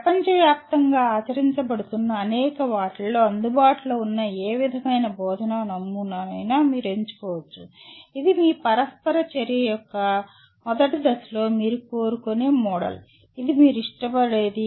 ప్రపంచవ్యాప్తంగా ఆచరించబడుతున్న అనేక వాటిల్లో అందుబాటులో ఉన్న ఏ విధమైన బోధన నమూనా ఉంది ఇది మీ పరస్పర చర్య యొక్క మొదటి దశలో మీరు కోరుకునే మోడల్ ఇది మీరు ఇష్టపడేది